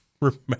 remember